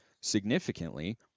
significantly